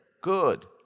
good